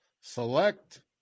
select